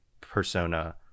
persona